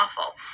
awful